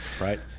Right